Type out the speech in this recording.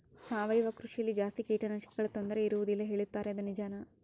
ಸಾವಯವ ಕೃಷಿಯಲ್ಲಿ ಜಾಸ್ತಿ ಕೇಟನಾಶಕಗಳ ತೊಂದರೆ ಇರುವದಿಲ್ಲ ಹೇಳುತ್ತಾರೆ ಅದು ನಿಜಾನಾ?